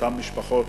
אותן משפחות,